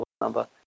number